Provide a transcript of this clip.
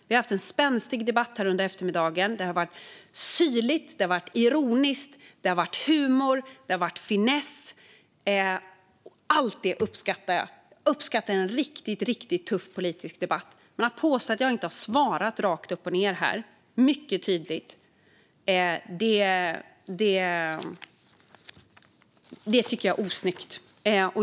Vi har haft en spänstig debatt under eftermiddagen. Det har varit syrligt, ironiskt och humoristiskt, och det har varit finess. Jag uppskattar allt detta. Jag uppskattar en riktigt tuff politisk debatt. Men att påstå att jag inte har svarat tydligt och rakt upp och ned är osnyggt.